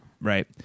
right